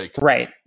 Right